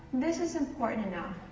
this is important enough